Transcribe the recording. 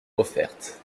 offertes